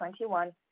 2021